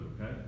okay